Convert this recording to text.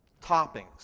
toppings